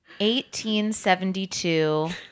1872